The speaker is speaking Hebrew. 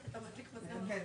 נכון.